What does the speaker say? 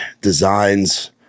designs